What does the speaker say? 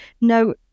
no